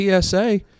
TSA